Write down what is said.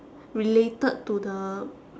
related to the